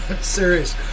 serious